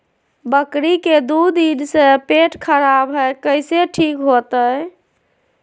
बकरी के दू दिन से पेट खराब है, कैसे ठीक होतैय?